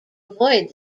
avoid